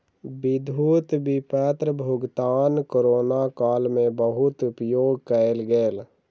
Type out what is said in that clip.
विद्युत विपत्र भुगतान कोरोना काल में बहुत उपयोग कयल गेल